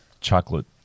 chocolate